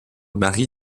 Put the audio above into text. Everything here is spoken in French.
mari